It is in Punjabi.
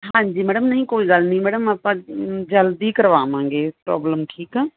ਹਾਂਜੀ ਮੈਡਮ ਨਹੀਂ ਕੋਈ ਗੱਲ ਨਹੀਂ ਮੈਡਮ ਆਪਾਂ ਜਲਦੀ ਕਰਵਾਵਾਂਗੇ ਪ੍ਰੋਬਲਮ ਠੀਕ ਆ